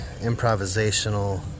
improvisational